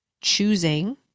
choosing